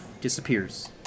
disappears